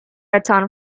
raton